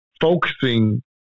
focusing